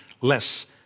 less